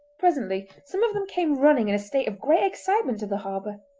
presently some of them came running in a state of great excitement to the harbour,